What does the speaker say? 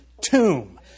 tomb